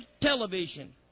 television